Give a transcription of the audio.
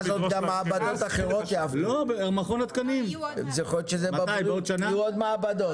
יהיו עוד מעבדות.